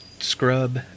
scrub